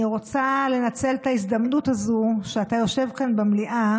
אני רוצה לנצל את ההזדמנות הזו שאתה יושב כאן במליאה